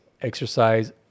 Exercise